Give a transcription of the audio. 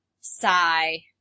Sigh